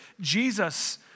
Jesus